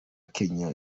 kenya